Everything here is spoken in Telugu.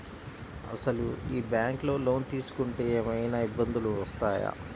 అసలు ఈ బ్యాంక్లో లోన్ తీసుకుంటే ఏమయినా ఇబ్బందులు వస్తాయా?